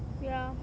ya